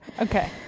Okay